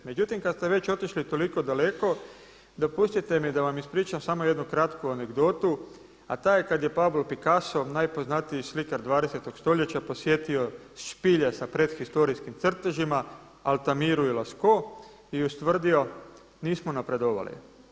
Međutim kada ste već otišli toliko daleko dopustite mi da vam ispričam samo jednu kratku anegdotu, a ta je kada je Pablo Picasso najpoznatiji slikar 20. stoljeća posjetio špilje sa prethistorijskim crtežima Altamiru i Lascauxo i ustvrdio, nismo napredovali.